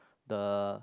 the